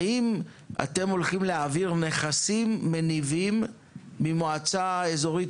האם אתם הולכים להעביר נכסים מניבים ממועצה אזורית